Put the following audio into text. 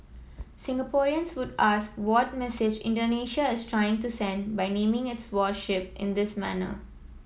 Singaporeans would ask what message Indonesia is trying to send by naming its warship in this manner